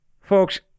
Folks